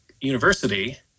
university